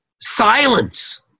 silence